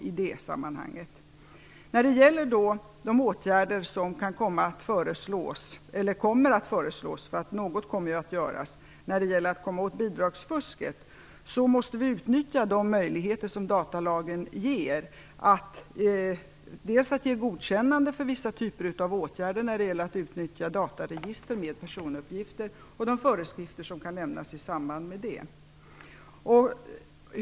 I de åtgärder som kommer att föreslås för att komma åt bidragsfusket, måste vi utnyttja de möjligheter som datalagen ger, dels att ge godkännande för vissa typer av åtgärder när det gäller att använda dataregister med personuppgifter, dels att utfärda föreskrifter i samband med det.